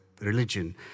religion